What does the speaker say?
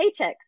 paychecks